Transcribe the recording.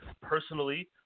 personally